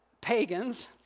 pagans